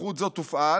סמכות זאת תופעל